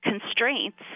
constraints